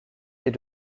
est